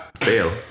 fail